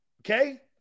Okay